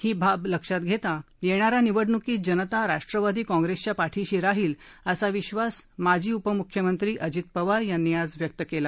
ही बाब लक्षात घेता येणाऱ्या निवडणुकीत जनता राष्ट्रवादी काँग्रेसच्या पाठिशी राहील असा विश्वास माजी उपम्ख्यमंत्री अजित पवार यांनी आज व्यक्त केला